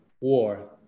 war